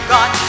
God